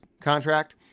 contract